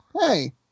hey